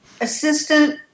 Assistant